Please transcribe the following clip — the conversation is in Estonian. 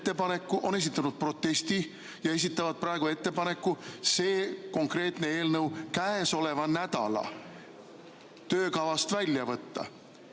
on esitatud protest ja esitatakse praegu ettepanek see konkreetne eelnõu käesoleva nädala töökavast välja võtta,